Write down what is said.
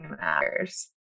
matters